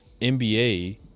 NBA